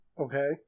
Okay